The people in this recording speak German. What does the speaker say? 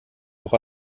auch